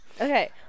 Okay